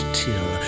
till